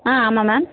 ஆ ஆமாம் மேம்